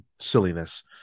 silliness